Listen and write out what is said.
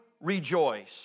rejoice